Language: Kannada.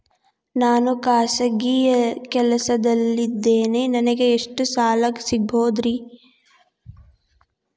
ನಾನು ಖಾಸಗಿ ಕೆಲಸದಲ್ಲಿದ್ದೇನೆ ನನಗೆ ಎಷ್ಟು ಸಾಲ ಸಿಗಬಹುದ್ರಿ?